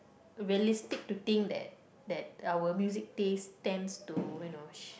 realistic to think that that our music taste tends to you know